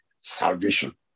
salvation